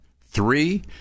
Three